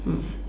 mm